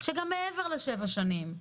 שגם מעבר לשבע שנים,